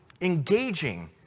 engaging